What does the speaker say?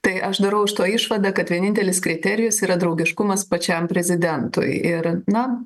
tai aš darau iš to išvadą kad vienintelis kriterijus yra draugiškumas pačiam prezidentui ir na